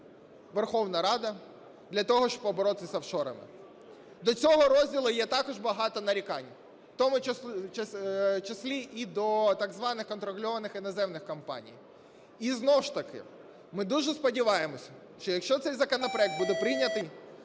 Верховна Рада для того, щоб поборотися з офшорами. До цього розділу є також багато нарікань, у тому числі і до так званих контрольованих іноземних компаній. І знову ж таки ми дуже сподіваємося, що якщо цей законопроект буде прийнятий